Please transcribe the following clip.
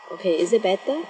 okay is it better okay